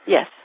Yes